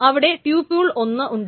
അവിടെ ട്യൂപ്യൂൾ ഒന്ന് ഉണ്ട്